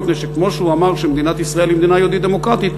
מפני שכמו שהוא אמר שמדינת ישראל היא מדינה יהודית דמוקרטית,